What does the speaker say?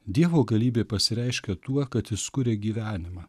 dievo galybė pasireiškia tuo kad jis kuria gyvenimą